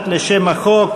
1 לשם החוק.